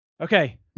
Okay